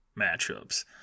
matchups